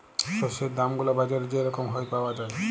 শস্যের দাম গুলা বাজারে যে রকম হ্যয় পাউয়া যায়